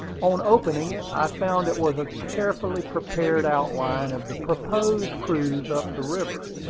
on opening it, i found it was a carefully prepared outline of the proposed cruise up the river,